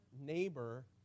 neighbor